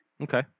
Okay